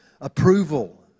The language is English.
approval